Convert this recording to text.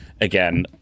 again